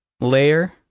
layer